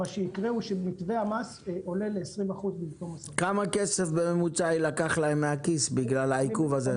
מה שיקרה הוא שמתווה המס עולה ל-20% במקום 10%. כמה כסף בממוצע יילקח להם מהכיס בגלל העיכוב הזה?